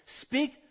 Speak